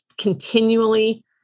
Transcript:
continually